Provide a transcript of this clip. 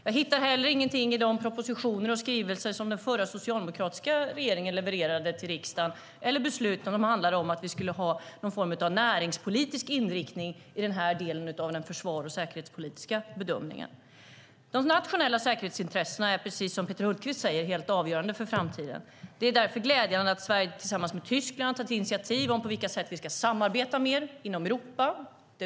Jag hittar heller ingenting i de propositioner och skrivelser som den förra socialdemokratiska regeringen levererade till riksdagen, eller i beslut, som handlar om att vi skulle ha någon form av näringspolitisk inriktning i den här delen av den försvars och säkerhetspolitiska bedömningen. De nationella säkerhetsintressena är, precis som Peter Hultqvist säger, helt avgörande för framtiden. Det är därför glädjande att Sverige tillsammans med Tyskland har tagit initiativ när det gäller på vilka sätt vi ska samarbeta mer inom Europa.